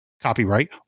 Copyright